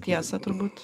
tiesą turbūt